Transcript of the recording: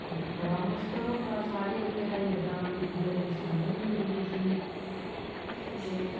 ते बड़ा मुश्कल होंदा साढ़े जेह्के ग्रांऽ दे लीडर न एह् सुनदे बी नेईं कुसें दी ते